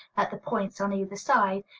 at the points on either side,